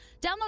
Download